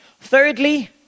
Thirdly